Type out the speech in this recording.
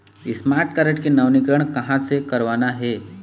Smart card के नवीनीकरण कहां से करवाना हे?